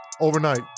Overnight